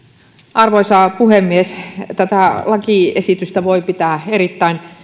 arvoisa puhemies tätä lakiesitystä voi pitää erittäin